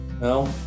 No